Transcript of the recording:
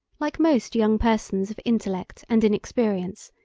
like most young persons of intellect and inexperience,